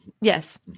Yes